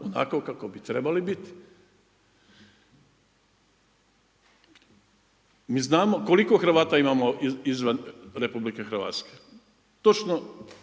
onako kako bi trebali biti. Mi znamo koliko Hrvata imamo izvan Republike Hrvatske. Točno